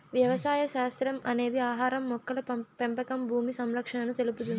వ్యవసాయ శాస్త్రం అనేది ఆహారం, మొక్కల పెంపకం భూమి సంరక్షణను తెలుపుతుంది